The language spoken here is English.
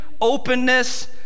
openness